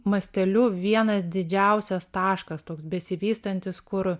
masteliu vienas didžiausias taškas toks besivystantis kur